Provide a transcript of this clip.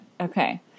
Okay